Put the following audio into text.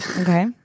Okay